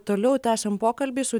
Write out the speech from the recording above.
toliau tęsiam pokalbį su